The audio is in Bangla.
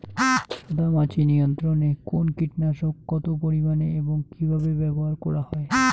সাদামাছি নিয়ন্ত্রণে কোন কীটনাশক কত পরিমাণে এবং কীভাবে ব্যবহার করা হয়?